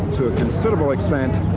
to a considerable extent,